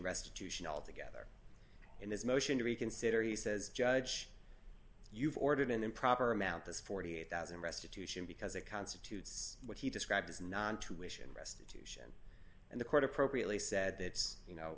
restitution altogether in his motion to reconsider he says judge you've ordered an improper amount this forty eight thousand restitution because it constitutes what he described as nine to ation restitution and the court appropriately said that's you know